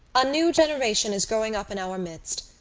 a new generation is growing up in our midst,